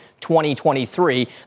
2023